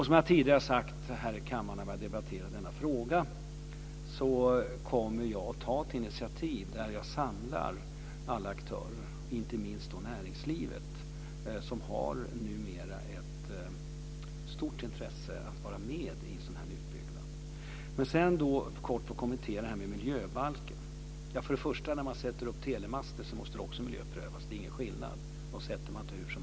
Som jag tidigare har sagt här i kammaren när vi har debatterat denna fråga kommer jag att ta ett initiativ till att samla alla aktörer, inte minst näringslivet som numera har ett stort intresse av att vara med vid en sådan här utbyggnad. Jag vill sedan kort kommentera detta med miljöbalken. Först och främst: Om man ska sätta upp telemaster måste det också miljöprövas. Det är ingen skillnad.